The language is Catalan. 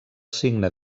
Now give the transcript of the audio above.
signe